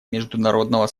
международного